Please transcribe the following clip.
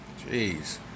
Jeez